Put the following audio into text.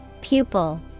Pupil